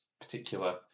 particular